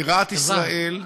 בירת ישראל,